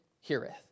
heareth